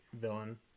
villain